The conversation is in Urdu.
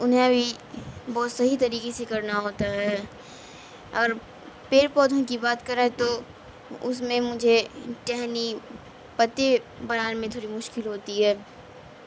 انہیں بھی بہت صحیح طریقے سے کرنا ہوتا ہے اور پیڑ پودوں کی بات کریں تو اس میں مجھے ٹہنی پتے بنانے میں تھوڑی مشکل ہوتی ہے